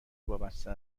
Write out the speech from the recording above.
وابسته